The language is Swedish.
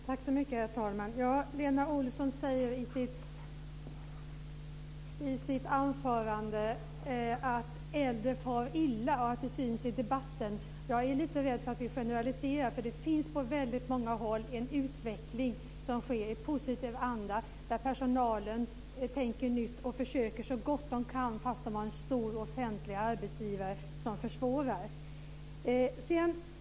Herr talman! Lena Olsson säger i sitt anförande att äldre far illa och att det syns i debatten. Jag är lite rädd för att vi generaliserar. Det finns på väldigt många håll en utveckling som sker i positiv anda, där personalen tänker nytt och försöker så gott man kan, fast man har en stor offentlig arbetsgivare som försvårar.